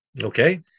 Okay